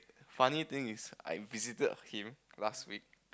funny thing is I visited him last week